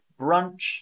brunch